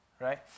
right